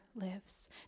lives